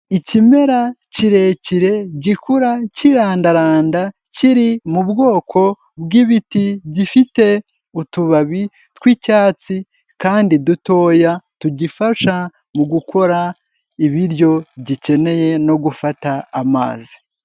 Ikimera kirekire gikura kirandaranda kiri mu bwoko bw'ibiti gifite utubabi tw'icyatsi kandi dutoya tugifasha mu gukora ibiryo gikeneye no gufata amazi.